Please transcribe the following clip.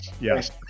Yes